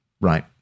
right